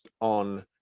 on